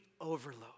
overload